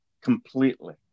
completely